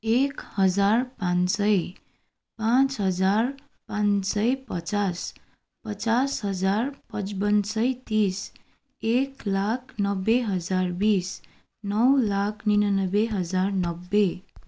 एक हजार पाँच सय पाँच हजार पाँच सय पचास पचास हजार पचपन्न सय तिस एक लाख नब्बे हजार बिस नौ लाख निनानब्बे हजार नब्बे